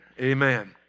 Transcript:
Amen